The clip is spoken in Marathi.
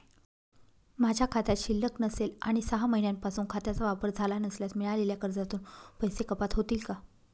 माझ्या खात्यात शिल्लक नसेल आणि सहा महिन्यांपासून खात्याचा वापर झाला नसल्यास मिळालेल्या कर्जातून पैसे कपात होतील का?